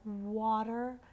water